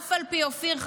אופיר,